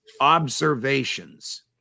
observations